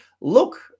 look